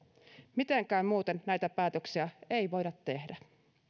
mitenkään muuten näitä päätöksiä ei voida tehdä